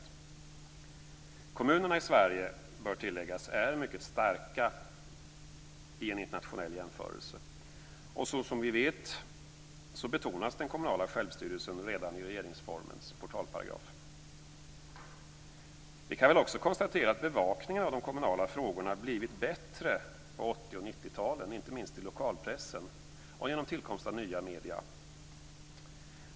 Det bör tilläggas att kommunerna i Sverige är mycket starka i en internationell jämförelse. Som vi vet betonas den kommunala självstyrelsen redan i regeringsformens portalparagraf. Vi kan också konstatera att bevakningen av de kommunala frågorna blivit bättre på 80 och 90-talen, inte minst i lokalpressen och genom tillkomst av nya medier.